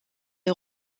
est